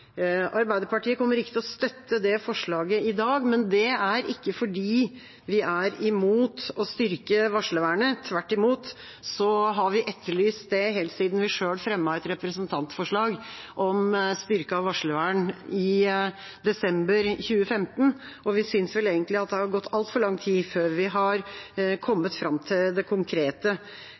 Arbeiderpartiet kommer ikke til å støtte det forslaget i dag, men det er ikke fordi vi er imot å styrke varslervernet. Tvert imot har vi etterlyst det helt siden vi selv fremmet et representantforslag om styrket varslervern i desember 2015. Vi synes vel egentlig det har gått altfor lang tid før vi har kommet fram til konkrete